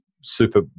super